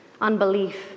unbelief